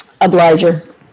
Obliger